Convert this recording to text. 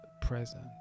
present